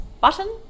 Button